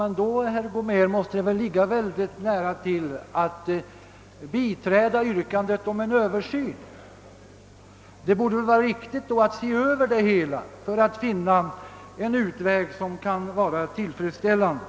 Men då, herr Gomér, måste det väl ligga mycket nära till att biträda yrkandet om en översyn. Det borde väl vara riktigt att se över det hela för att finna en utväg som kan vara tillfredsställande.